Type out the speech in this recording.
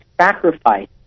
sacrifice